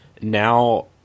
now